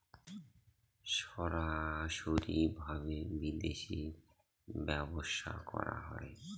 সরাসরি ভাবে বিদেশী ব্যবসা করা যায়